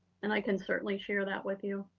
and i can certainly share that with you.